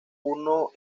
uno